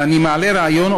ואני מעלה רעיון,